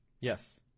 Yes